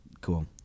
cool